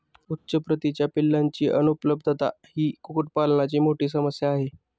उच्च प्रतीच्या पिलांची अनुपलब्धता ही कुक्कुटपालनाची मोठी समस्या आहे